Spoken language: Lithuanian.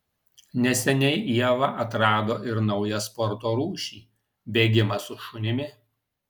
neseniai ieva atrado ir naują sporto rūšį bėgimą su šunimi